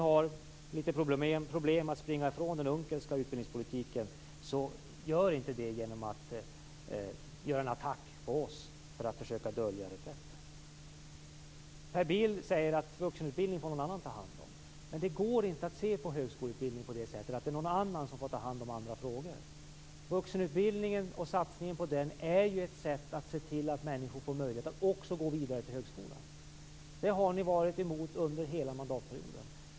Försök inte dölja er reträtt från den Unckelska utbildningspolitiken genom att göra en attack mot oss. Per Bill säger att någon annan får ta hand om vuxenutbildningen. Det går inte att se högskoleutbildningen på det sättet, dvs. att någon annan får ta hand om andra frågor. Satsningen på vuxenutbildningen är ett sätt att se till att människor får möjlighet att gå vidare till högskolan. Det har ni varit emot under hela mandatperioden.